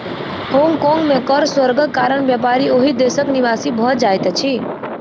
Hong Kong में कर स्वर्गक कारण व्यापारी ओहि देशक निवासी भ जाइत अछिं